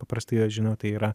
paprastai jie žino tai yra